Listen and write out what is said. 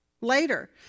later